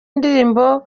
indirimbo